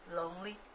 lonely